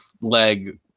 leg